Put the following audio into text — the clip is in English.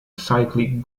cyclic